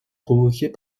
provoqués